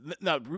Now